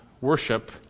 worship